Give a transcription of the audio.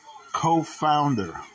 Co-founder